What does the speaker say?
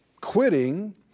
quitting